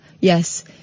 yes